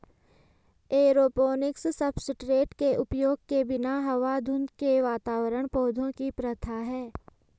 aeroponics substrate के उपयोग के बिना हवा धुंध के वातावरण पौधों की प्रथा है